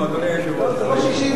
אדוני היושב-ראש,